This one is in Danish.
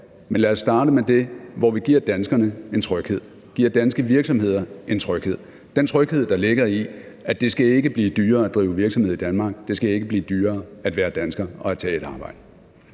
men lad os starte med det, hvor vi giver danskerne en tryghed, giver danske virksomheder en tryghed – den tryghed, der ligger i, at det ikke skal blive dyrere at drive virksomhed i Danmark, at det ikke skal blive dyrere at være dansker og tage et arbejde.